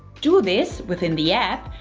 do this within the app.